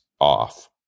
off